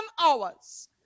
hours